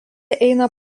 eina